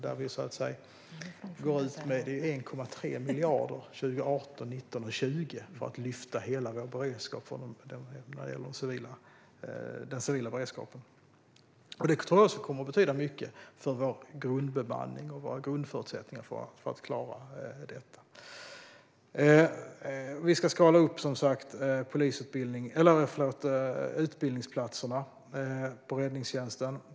Där går vi ut med 1,3 miljarder 2018, 2019 och 2020 för att lyfta hela vår civila beredskap. Det tror jag också kommer att betyda mycket för vår grundbemanning och våra grundförutsättningar för att klara detta. Vi ska som sagt skala upp utbildningsplatserna inom räddningstjänsten.